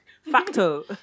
Facto